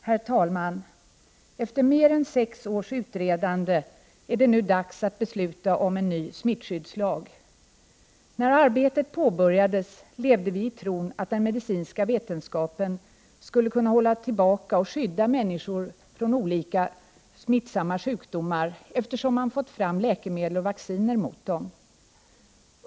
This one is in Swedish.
Herr talman! Efter mer än sex års utredande är det nu dags att besluta om en ny smittskyddslag. När arbetet påbörjades levde vi i tron att den medicinska vetenskapen skulle kunna hålla tillbaka och skydda människor från olika smittsamma sjukdomar, eftersom man fått fram läkemedel och vacciner mot dem.